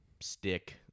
stick